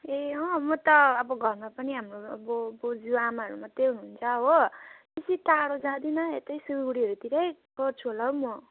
ए अँ म त अब घरमा पनि हाम्रो अब बोजू आमाहरू मात्रै हुनुहुन्छ हो बेसी टाढो जाँदिन यतै सिलगढीहरूतिरै गर्छु होला हौ म